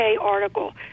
article